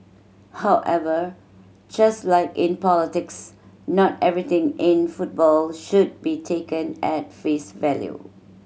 however just like in politics not everything in football should be taken at face value